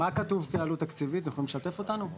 מה